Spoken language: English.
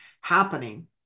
happening